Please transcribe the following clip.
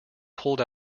pulled